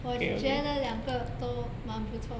我觉得两个都蛮不错